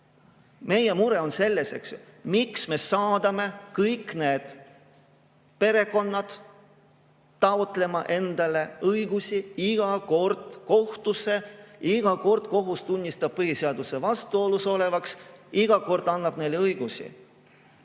Meie mure on selles, miks me saadame kõik need perekonnad taotlema endale õigusi kohtust. Iga kord kohus tunnistab põhiseadusega vastuolus olevaks, iga kord annab neile õiguse.